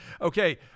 Okay